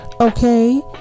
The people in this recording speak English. okay